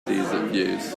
views